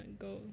go